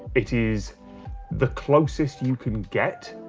it is the closest you can get,